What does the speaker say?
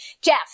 Jeff